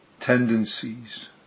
tendencies